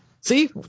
See